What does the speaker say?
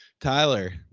Tyler